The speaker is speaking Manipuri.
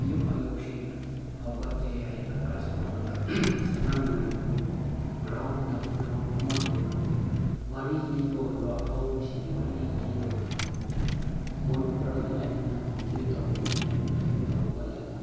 ꯑꯌꯨꯛ ꯑꯌꯨꯛꯁꯤ ꯍꯧꯒꯠꯂꯦ ꯍꯥꯏꯔꯒ ꯕ꯭ꯔꯁ ꯇꯧꯔꯒ ꯁꯥꯟꯅꯅꯤꯡꯉꯥꯏ ꯃꯈꯣꯏꯕꯨ ꯒ꯭ꯔꯥꯎꯟꯗ ꯑꯣꯏꯔꯣ ꯑꯃꯗ ꯑꯣꯏꯔꯣ ꯋꯥꯔꯤ ꯂꯤꯕ ꯑꯣꯏꯔꯣ ꯑꯐꯥꯎꯕꯁꯤꯡꯒꯤ ꯋꯥꯔꯤ ꯂꯤꯕ ꯑꯣꯏꯔꯣ ꯃꯣꯏꯕꯨ ꯀꯔꯝ ꯍꯥꯏꯅ ꯑꯩꯈꯣꯏꯅ ꯃꯣꯇꯤꯚꯦꯠ ꯇꯧꯒꯅꯤ ꯍꯥꯏꯕꯗ ꯑꯌꯨꯛꯇ ꯍꯧꯒꯠꯂꯒ